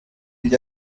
gli